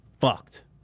Fucked